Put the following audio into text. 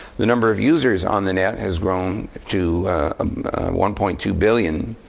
the number of users on the net has grown to one point two billion,